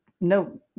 no